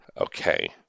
okay